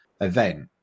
event